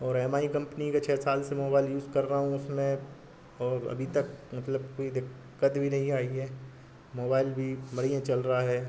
और M I कंपनी का छः साल से मोबाईल यूस कर रहा हूँ उसमें अभी तक मतलब कोई दिक़्क़त भी नहीं आई है मोबाईल भी बढ़िया चल रहा है